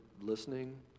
listening